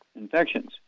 infections